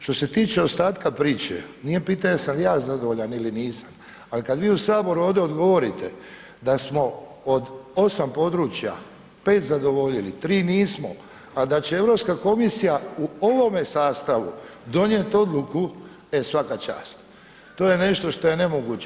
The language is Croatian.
Što se tiče ostatka priče, nije pitanje jesam li ja zadovoljan ili nisam, ali kada vi u Saboru ovdje odgovorite, da smo od 8 područja, 5 zadovoljili, 3 nismo, a da će Europska komisija, u ovome sastavu donijeti odluku, e svaka čast, to je nešto što je nemoguće.